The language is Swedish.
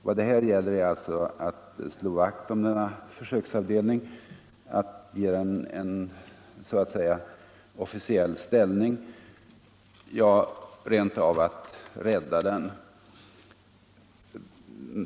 Vad det här gäller är alltså att slå vakt om denna försöksavdelning, att ge den en så att säga officiell ställning, ja, rent av att rädda den.